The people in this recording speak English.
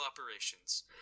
operations